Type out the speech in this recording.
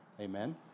Amen